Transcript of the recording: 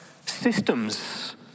systems